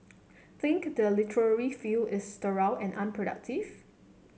think the literary field is sterile and unproductive